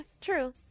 True